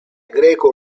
greco